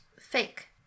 Fake